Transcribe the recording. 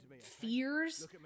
fears